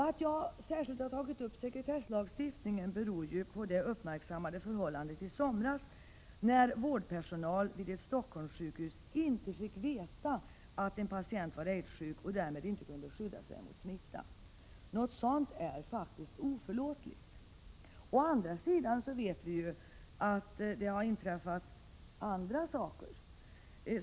Att jag särskilt har tagit upp sekretesslagstiftningen beror på det uppmärksammade förhållandet i somras när vårdpersonal vid ett Stockholmssjukhus inte fick veta att en patient var aidssjuk. Personalen kunde därmed inte skydda sig mot smitta. Sådant är faktiskt oförlåtligt! Å andra sidan vet vi också att det har inträffat andra saker.